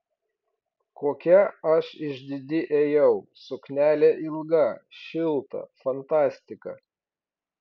kokia aš išdidi ėjau suknelė ilga šilta fantastika